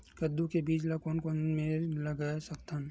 कददू के बीज ला कोन कोन मेर लगय सकथन?